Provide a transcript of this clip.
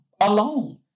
alone